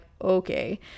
okay